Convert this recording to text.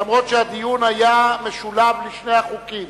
אף-על-פי שהדיון היה משולב בשני החוקים.